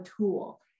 tool